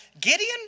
Gideon